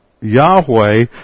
Yahweh